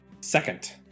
Second